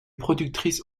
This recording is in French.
productrice